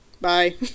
Bye